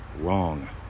wrong